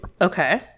Okay